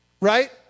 right